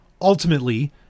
ultimately